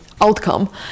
outcome